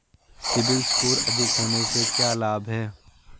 CIBIL score अधिक होने से क्या लाभ हैं?